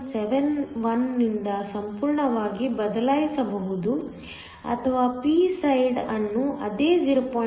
71 ರಿಂದ ಸಂಪೂರ್ಣವಾಗಿ ಬದಲಾಯಿಸಬಹುದು ಅಥವಾ p ಸೈಡ್ ಅನ್ನು ಅದೇ 0